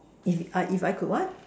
if if I could what